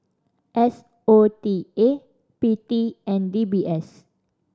S O T A P T and D B S